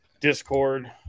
Discord